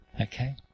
Okay